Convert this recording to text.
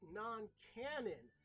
non-canon